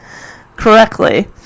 correctly